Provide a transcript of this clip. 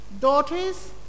daughters